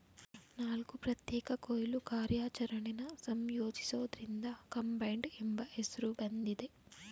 ನಾಲ್ಕು ಪ್ರತ್ಯೇಕ ಕೊಯ್ಲು ಕಾರ್ಯಾಚರಣೆನ ಸಂಯೋಜಿಸೋದ್ರಿಂದ ಕಂಬೈನ್ಡ್ ಎಂಬ ಹೆಸ್ರು ಬಂದಿದೆ